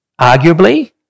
arguably